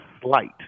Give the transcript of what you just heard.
slight